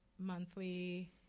Monthly